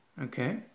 Okay